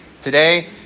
today